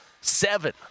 Seven